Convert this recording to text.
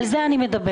על זה אני מדברת,